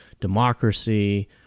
democracy